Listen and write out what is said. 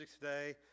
today